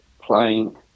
playing